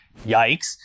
yikes